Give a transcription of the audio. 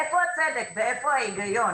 איפה הצדק ואיפה ההיגיון?